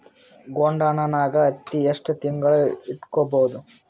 ಗೊಡಾನ ನಾಗ್ ಹತ್ತಿ ಎಷ್ಟು ತಿಂಗಳ ಇಟ್ಕೊ ಬಹುದು?